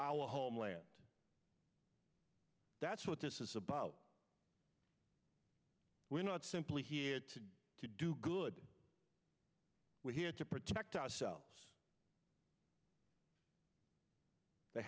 our homeland that's what this is about we're not simply here to do good we're here to protect ourselves they